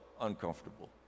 uncomfortable